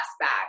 back